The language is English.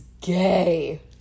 gay